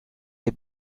les